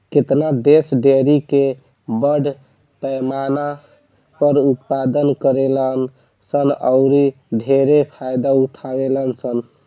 केतना देश डेयरी के बड़ पैमाना पर उत्पादन करेलन सन औरि ढेरे फायदा उठावेलन सन